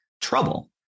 trouble